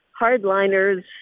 hardliners